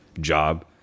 job